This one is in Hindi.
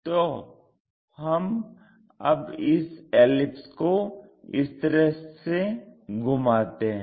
तो हम अब इस एलिप्स को इस तरह से घुमाते है